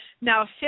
now